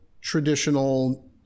traditional